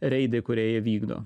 reidai kurie jie vykdo